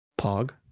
pog